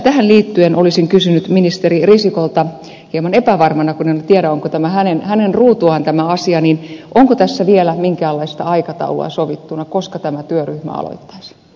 tähän liittyen olisin kysynyt ministeri risikolta hieman epävarmana kun en tiedä onko tämä asia hänen ruutuaan onko tässä vielä minkäänlaista aikataulua sovittuna koska tämä työryhmä aloittaisi